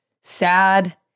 Sad